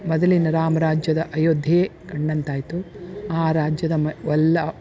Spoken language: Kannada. ಮೊದಲಿನ ರಾಮ ರಾಜ್ಯದ ಅಯೋಧ್ಯೆಯೇ ಕಂಡಂತಾಯಿತು ಆ ರಾಜ್ಯದ ಮ ಎಲ್ಲ